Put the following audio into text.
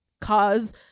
cause